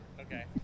Okay